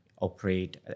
operate